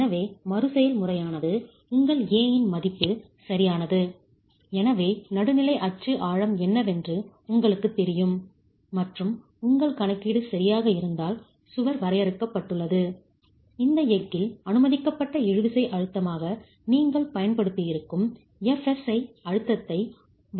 எனவே மறுசெயல்முறையானது உங்கள் a இன் மதிப்பு சரியானது எனவே நடுநிலை அச்சு ஆழம் என்னவென்று உங்களுக்குத் தெரியும் மற்றும் உங்கள் கணக்கீடு சரியாக இருந்தால் சுவர் வரையறுக்கப்பட்டுள்ளது இந்த எஃகில் அனுமதிக்கப்பட்ட இழுவிசை அழுத்தமாக நீங்கள் பயன்படுத்தியிருக்கும் Fs ஐ அழுத்தத்தை வலுப்படுத்துகிறது